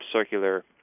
circular